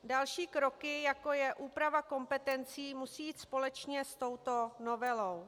Další kroky, jako je úprava kompetencí, musí jít společně s touto novelou.